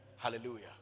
Hallelujah